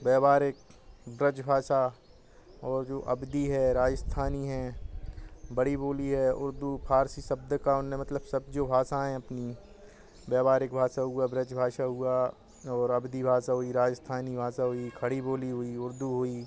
व्यवारिक ब्रज भाषा और जो अवधी है राजस्थानी है बड़ी बोली है उर्दू फ़ारसी शब्द का उन्होंने मतलब सब जो भाषाऍं अपनी व्यवहारिक भाषा हुआ ब्रज भाषा हुआ और अवधी भाषा हुई राजस्थानी भाषा हुई खड़ी बोली हुई उर्दू हुई